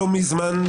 לא מזמן,